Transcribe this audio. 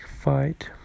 fight